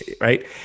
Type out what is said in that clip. right